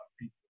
people